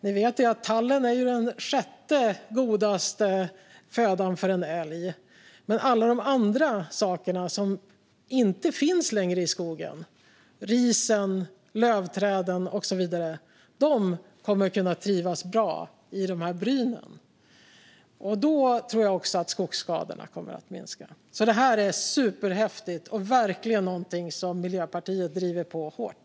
Ni vet att tallen är den sjätte godaste födan för en älg, men alla de andra sakerna som inte finns längre i skogen, risen, lövträden och så vidare, kommer att trivas bra i brynen. Då tror jag att skogsskadorna kommer att minska. Det här är superhäftigt och verkligen någonting som Miljöpartiet driver på hårt.